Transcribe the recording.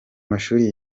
mashuri